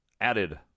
added